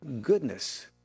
goodness